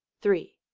three.